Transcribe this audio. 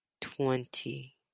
twenty